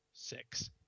Six